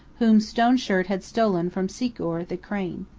whom stone shirt had stolen from sikor', the crane.